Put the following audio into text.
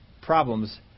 problems